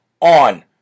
on